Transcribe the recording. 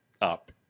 up